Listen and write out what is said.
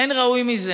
אין ראוי מזה.